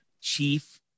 chief